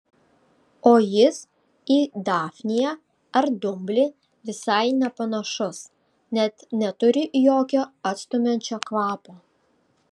o jis į dafniją ar dumblį visai nepanašus net neturi jokio atstumiančio kvapo